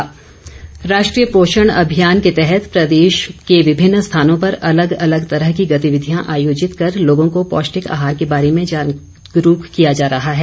पोषण अभियान राष्ट्रीय पोषण अभियान के तहत प्रदेश के विभिन्न स्थानों पर अलग अलग तरह की गतिविधियां आयोजित कर लोगों को पौष्टिक आहार के बारे जागरूक किया जा रहा है